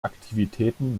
aktivitäten